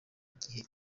igihe